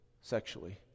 Sexually